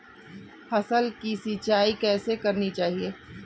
फसल की सिंचाई कैसे करनी चाहिए?